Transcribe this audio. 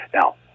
Now